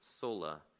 Sola